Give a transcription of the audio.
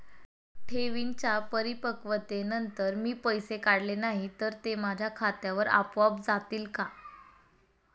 ठेवींच्या परिपक्वतेनंतर मी पैसे काढले नाही तर ते माझ्या खात्यावर आपोआप जातील का?